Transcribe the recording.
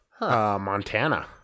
Montana